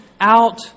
out